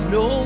no